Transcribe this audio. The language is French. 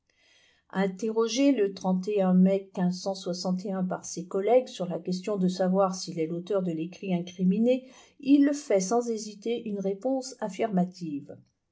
interrogé le mai par ses collègues sur la question de savoir s'il est l'auteur de l'écrit incriminé il fait sans hésiter une réponse affirmative